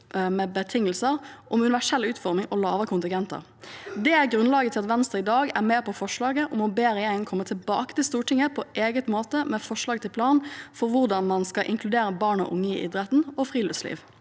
med betingelser om universell utforming og lave kontingenter. Det er grunnlaget for at Venstre i dag er med på forslaget om å be regjeringen «komme tilbake til Stortinget på egnet måte med forslag til plan for hvordan man skal inkludere barn og unge i idrett og friluftsliv».